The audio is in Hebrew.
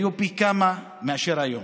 היו פי כמה מאשר היום,